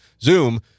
Zoom